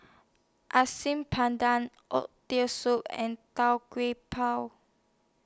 Asam Oxtail Soup and Tau Kwa Pau